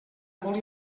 molt